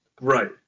Right